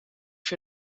für